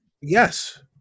Yes